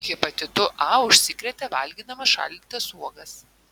hepatitu a užsikrėtė valgydama šaldytas uogas